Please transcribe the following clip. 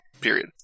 period